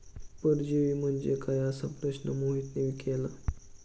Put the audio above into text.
परजीवी म्हणजे काय? असा प्रश्न मोहितने केला